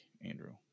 Andrew